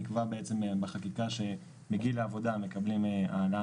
נקבע בחקיקה שמגיל העבודה מקבלים העלאה